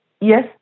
yes